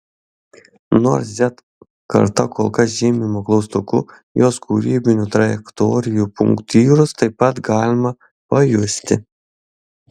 nors z karta kol kas žymima klaustuku jos kūrybinių trajektorijų punktyrus taip pat galime pajusti